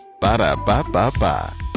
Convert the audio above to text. Ba-da-ba-ba-ba